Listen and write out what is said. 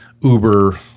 uber